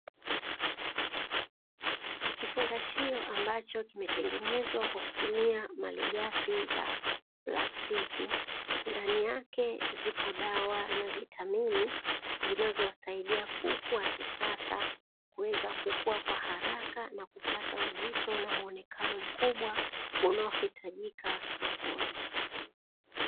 Kifungashio ambacho kimetengenezwa kwa kutumia malighafi za plastiki, ndani yake zipo dawa na vitamini zinazowasaidia kuku wa kisasa kuweza kukua kwa haraka na kupata uzito na muonekano mkubwa unaohitajika sokoni.